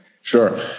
Sure